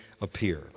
appear